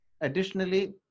Additionally